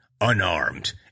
unarmed